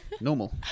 normal